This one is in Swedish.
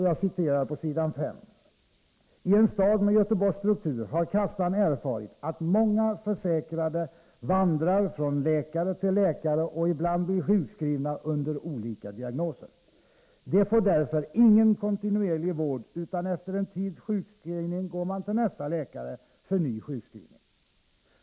Jag citerar på s. 5: ”TIen stad med Göteborgs struktur har kassan erfarit att många försäkrade vandrar från läkare till läkare och ibland blir sjukskrivna under olika diagnoser. De får därför ingen kontinuerlig vård, utan efter en tids sjukskrivning går man till nästa läkare för ny sjukskrivning.